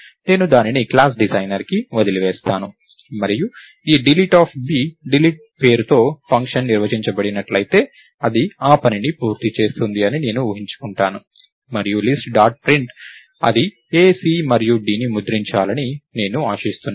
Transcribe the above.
నేను దానిని క్లాస్ డిజైనర్కి వదిలివేస్తాను మరియు ఈ డిలీట్ డిలీట్ పేరుతో ఫంక్షన్ నిర్వచించబడినట్లయితే అది ఆ పనిని పూర్తి చేస్తుంది అని నేను ఊహించుకుంటాను మరియు లిస్ట్ డాట్ ప్రింట్ అది a c మరియు dని ముద్రించాలని నేను ఆశిస్తున్నాను